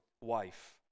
wife